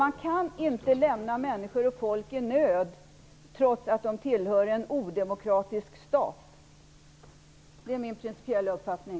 Man kan inte lämna människor och folk i nöd på grund av att de tillhör en odemokratisk stat. Det är min principiella uppfattning.